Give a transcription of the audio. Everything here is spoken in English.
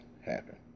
happen